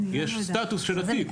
יש סטטוס של התיק.